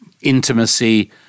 intimacy